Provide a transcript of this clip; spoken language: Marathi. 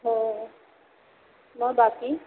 हो मग बाकी